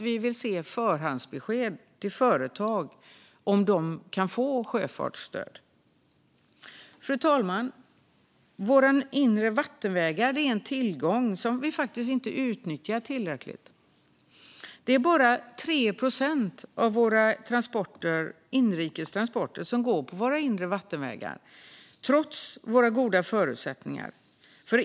Vi vill se förhandsbesked till företag när det gäller om de kan få sjöfartsstöd. Fru talman! Våra inre vattenvägar är en tillgång som vi inte utnyttjar tillräckligt. Det är bara 3 procent av våra inrikes transporter som går på våra inre vattenvägar, trots våra goda förutsättningar.